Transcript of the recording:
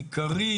עיקרי,